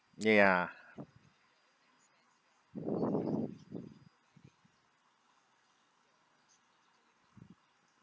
ya